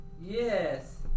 Yes